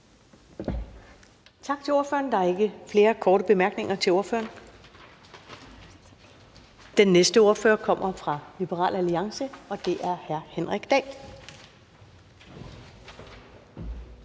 Tak til ordføreren. Der er ikke flere korte bemærkninger til ordføreren. Den næste ordfører kommer fra Liberal Alliance, og det er hr. Henrik Dahl.